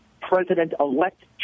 President-elect